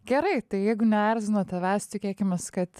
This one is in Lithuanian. gerai tai jeigu neerzino tavęs tikėkimės kad